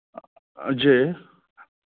जी